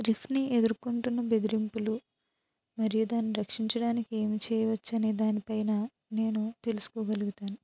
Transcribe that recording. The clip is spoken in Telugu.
రీఫ్నీ ఎదుర్కుంటున్న బెదిరింపులు మరియు దాన్ని రక్షించడానికి ఏమి చేయవచ్చు అనేదానిపైన నేను తెల్సుకోగలుగుతాను